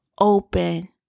open